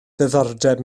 ddiddordeb